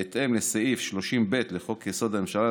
בהתאם לסעיף 30(ד) לחוק-יסוד: הממשלה,